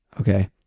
Okay